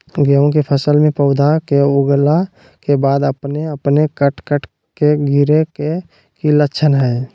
गेहूं के फसल में पौधा के उगला के बाद अपने अपने कट कट के गिरे के की लक्षण हय?